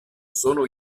sono